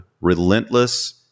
relentless